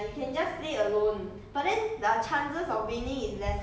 they have to add me right or no don't need no need orh no need